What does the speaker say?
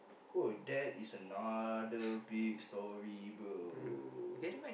!wow! that is another big story bro